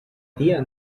tía